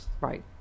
right